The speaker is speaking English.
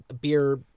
beer